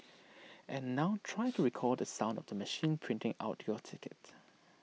and now try to recall the sound of the machine printing out your ticket